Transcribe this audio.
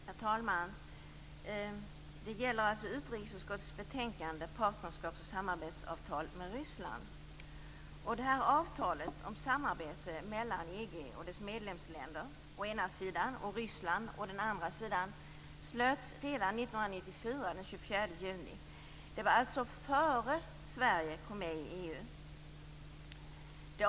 Herr talman! Det gäller utrikesutskottets betänkande Partnerskaps och samarbetsavtal angående samarbete mellan å ena sidan EG:s medlemsländer och å andra sidan Ryssland. Avtalet slöts redan den 24 juni 1994. Det var alltså innan Sverige kom med i EU.